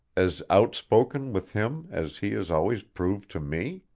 as outspoken, with him as he has always proved to me?